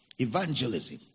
Evangelism